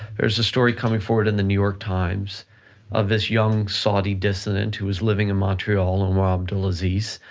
there's a story coming forward in the new york times of this young saudi dissident who was living in montreal, omar abdulaziz